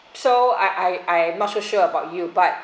so I I I not so sure about you but